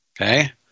okay